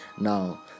now